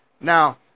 Now